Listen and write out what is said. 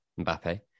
Mbappe